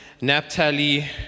Naphtali